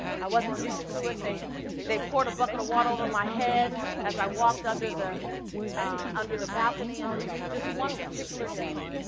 i wasn't used to it. they they poured a bucket of water over my head as i walked under the under the balcony. and this one particular day,